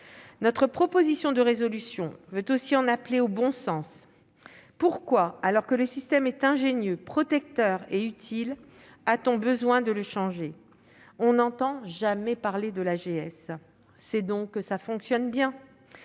Notre proposition de résolution veut aussi en appeler au bon sens. Pourquoi, alors que le système est ingénieux, protecteur et utile, a-t-on besoin de le changer ? On n'entend jamais parler de l'AGS ; c'est donc qu'il fonctionne bien !